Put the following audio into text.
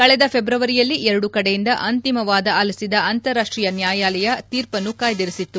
ಕಳೆದ ಫೆಬ್ರವರಿಯಲ್ಲಿ ಎರಡು ಕಡೆಯಿಂದ ಅಂತಿಮ ವಾದ ಆಲಿಸಿದ ಅಂತಾರಾಷ್ಟೀಯ ನ್ಯಾಯಾಲಯ ತೀರ್ಪನ್ನು ಕಾಯ್ಗಿರಿಸಿತ್ತು